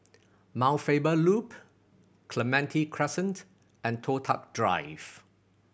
Mount Faber Loop Clementi Crescent and Toh Tuck Drive